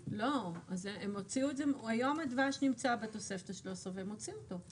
הדבש נמצא בתוספת ה-13 והם הוציאו אותו.